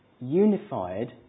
unified